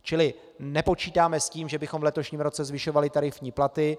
Čili nepočítáme s tím, že bychom v letošním roce zvyšovali tarifní platy.